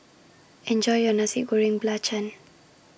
Enjoy your Nasi Goreng Belacan